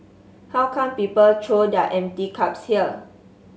how come people throw their empty cups here